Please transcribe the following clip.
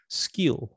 skill